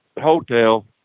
hotel